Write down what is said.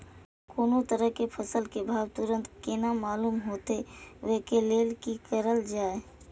कोनो तरह के फसल के भाव तुरंत केना मालूम होते, वे के लेल की करल जाय?